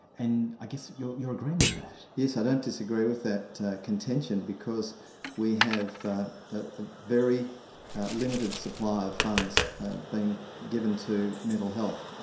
and i guess you're you're agreeing with that. yes, i don't disagree with that contention, because we have a ah very limited supply of funds being given to mental health.